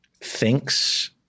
thinks